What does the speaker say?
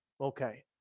Okay